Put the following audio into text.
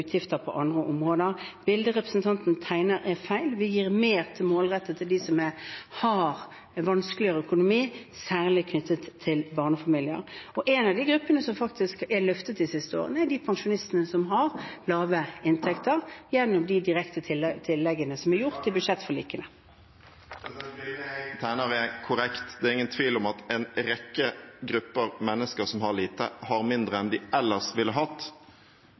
utgifter på andre områder. Bildet representanten tegner, er feil. Vi gir mer målrettet til dem som har vanskeligere økonomi, særlig knyttet til barnefamilier. En av de gruppene som faktisk er løftet de siste årene, er de pensjonistene som har lave inntekter, gjennom de direkte tilleggene som ble gjort i budsjettforliket. Audun Lysbakken – til oppfølgingsspørsmål. Bildet jeg tegner, er korrekt. Det er ingen tvil om at en rekke grupper mennesker som har lite, har mindre enn de ellers ville hatt